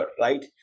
right